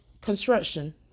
construction